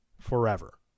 Forever